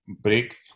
break